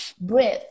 breathe